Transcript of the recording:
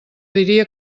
diria